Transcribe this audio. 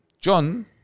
John